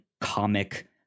comic